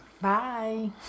Bye